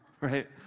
right